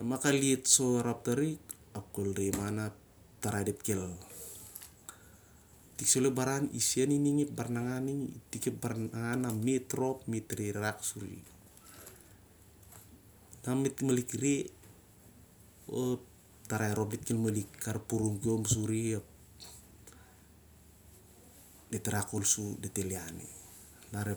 Na kal iet soi arop tari ap ol reh mah na ep tarai dit khel angan. Itik ep baran iding ep baranangan ning na ep tarai rop dit rehreh rakrak khol suri. Tarai rhop dit el arpurum suri, sur dit el iani-